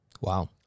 Wow